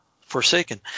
Forsaken